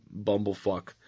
bumblefuck